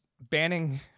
banning